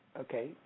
Okay